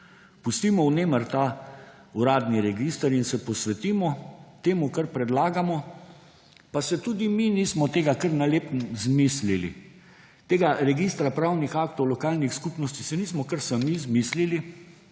Pustimo vnemar ta uradni register in se posvetimo temu, kar predlagamo, pa si tudi mi nismo tega kar na lepem izmislili. Tega registra pravnih aktov lokalnih skupnosti si nismo kar sami izmislili,